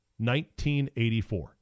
1984